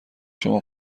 شما